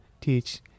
teach